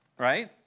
right